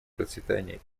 процветание